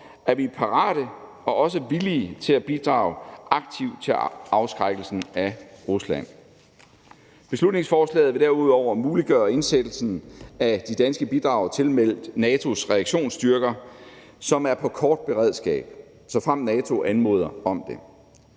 er parate og også villige til at bidrage aktivt til afskrækkelsen af Rusland. Beslutningsforslaget vil derudover muliggøre indsættelsen af de danske bidrag tilmeldt NATO's reaktionsstyrker, som er på kort beredskab, såfremt NATO anmoder om det.